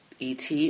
ET